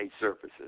surfaces